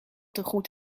tegoed